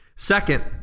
Second